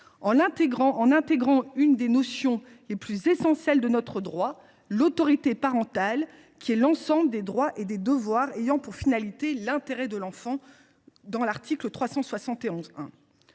en intégrant une des notions les plus essentielles de notre droit, l’autorité parentale, qui est « un ensemble de droits et de devoirs ayant pour finalité l’intérêt de l’enfant », selon l’article 371 1